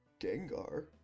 Gengar